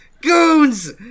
Goons